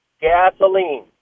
gasoline